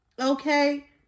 okay